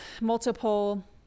multiple